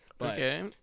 Okay